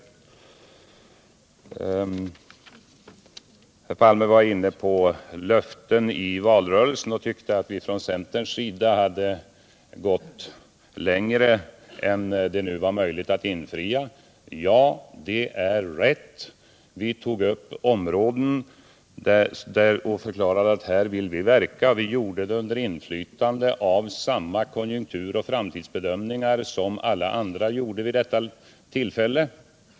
Så var herr Palme inne på löften i valrörelsen och tyckte att vi från centerns sida hade gått längre än det nu var möjligt att infria. Ja, det är rätt. Vi tog upp vissa områden och förklarade att här vill vi verka. Vi gjorde det under inflytande av samma konjunkturoch framtidsbedömningar som alla andra utgick från vid detta tillfälle.